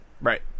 Right